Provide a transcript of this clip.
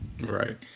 right